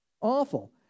awful